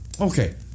Okay